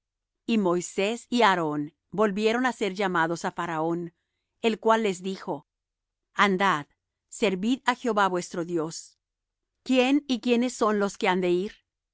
y moisés y aarón volvieron á ser llamados á faraón el cual les dijo andad servid á jehová vuestro dios quién y quién son los que han de ir